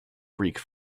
greek